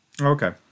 Okay